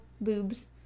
boobs